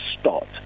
start